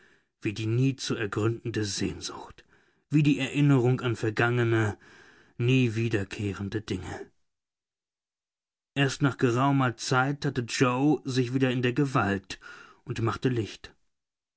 wie die nie zu ergründende sehnsucht wie die erinnerung an vergangene nie wiederkehrende dinge erst nach geraumer zeit hatte yoe sich wieder in der gewalt und machte licht